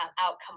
outcome